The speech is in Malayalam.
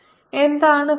എന്താണ് ഫ്ലക്സ്